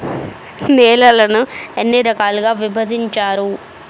నేలలను ఎన్ని రకాలుగా విభజించారు?